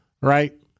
right